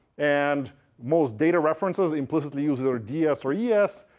and most data references implicitly use either ah ds or yeah es.